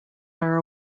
are